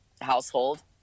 household